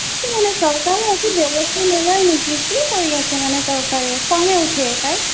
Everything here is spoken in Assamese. কি মানে চৰকাৰে একো ব্য়ৱস্থা নলয় নেকি কি কৰি আছে মানে চৰকাৰে খঙে উঠে পায়